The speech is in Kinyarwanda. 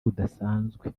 budasanzwe